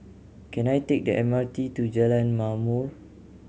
can I take the M R T to Jalan Ma'mor